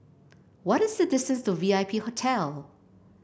what is the distance to V I P Hotel